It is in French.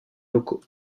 locaux